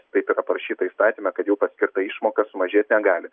taip yra parašyta įstatyme kad jau paskirta išmoka sumažėt negali